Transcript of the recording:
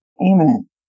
Amen